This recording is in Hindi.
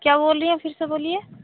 क्या बोल रही हैं फिर से बोलिए